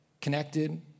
connected